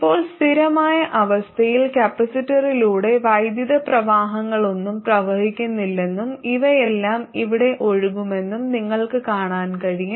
ഇപ്പോൾ സ്ഥിരമായ അവസ്ഥയിൽ കപ്പാസിറ്ററിലൂടെ വൈദ്യുത പ്രവാഹങ്ങളൊന്നും പ്രവഹിക്കുന്നില്ലെന്നും ഇവയെല്ലാം ഇവിടെ ഒഴുകുമെന്നും നിങ്ങൾക്ക് കാണാൻ കഴിയും